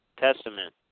Testament